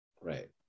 right